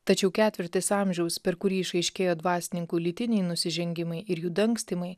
tačiau ketvirtis amžiaus per kurį išaiškėjo dvasininkų lytiniai nusižengimai ir jų dangstymai